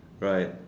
right